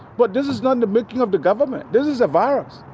but this is not the making of the government, this is a virus,